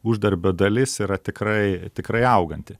uždarbio dalis yra tikrai tikrai auganti